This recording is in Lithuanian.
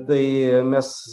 tai mes